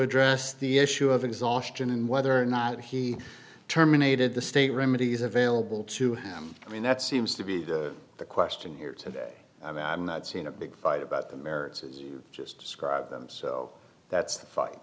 address the issue of exhaustion and whether or not he terminated the state remedies available to him i mean that seems to be the question here today i've not seen a big fight about the merits as you just described them so that's the fight